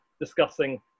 discussing